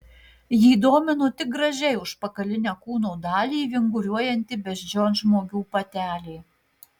jį domino tik gražiai užpakalinę kūno dalį vinguriuojanti beždžionžmogių patelė